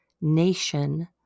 nation